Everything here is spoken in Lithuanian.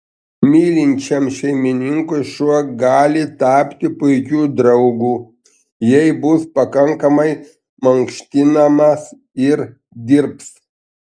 mylinčiam šeimininkui šuo gali tapti puikiu draugu jei bus pakankamai mankštinamas ir dirbs